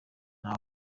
nta